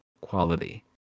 quality